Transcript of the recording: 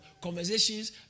conversations